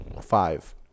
Five